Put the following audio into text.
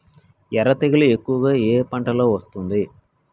ఎర్ర తెగులు ఎక్కువగా ఏ పంటలో వస్తుంది?